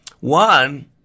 One